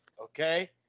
Okay